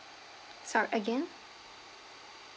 so~ again